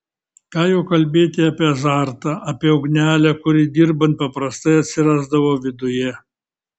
ką jau kalbėti apie azartą apie ugnelę kuri dirbant paprastai atsirasdavo viduje